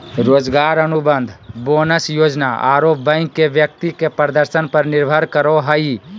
रोजगार अनुबंध, बोनस योजना आरो बैंक के व्यक्ति के प्रदर्शन पर निर्भर करो हइ